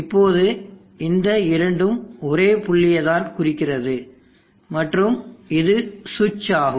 இப்போது இந்த இரண்டும் ஒரே புள்ளியை தான் குறிக்கிறது மற்றும் இது சுவிட்ச் ஆகும்